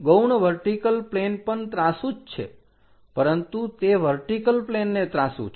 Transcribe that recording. ગૌણ vertical plane પણ ત્રાંસુ જ છે પરંતુ તે વર્ટીકલ પ્લેનને ત્રાંસુ છે